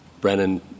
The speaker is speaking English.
Brennan